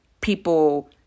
people